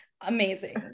amazing